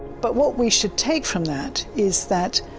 but what we should take from that is that,